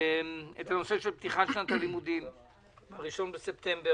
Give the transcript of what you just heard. את נושא פתיחת שנת הלימודים ב-1 בספטמבר